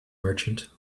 merchant